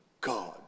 God